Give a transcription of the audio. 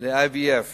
ל-IVF